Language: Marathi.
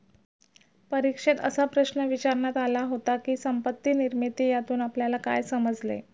परीक्षेत असा प्रश्न विचारण्यात आला होता की, संपत्ती निर्मिती यातून आपल्याला काय समजले?